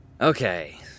Okay